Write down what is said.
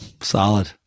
Solid